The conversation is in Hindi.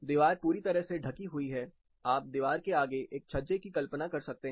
दीवार पूरी तरह से ढकी हुई है आप दीवार के आगे एक छज्जे की कल्पना कर सकते हैं